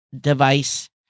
device